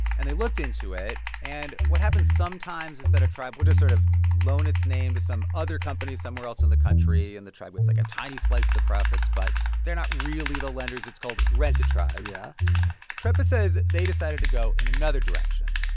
and they looked into it. and what happens sometimes is that a tribe will just sort of loan its name to some other company somewhere else in the country, and the tribe gets, like, a tiny slice of the profits. but they're not really the lenders. it's called rent-a-tribe yeah treppa says they decided to go in another direction.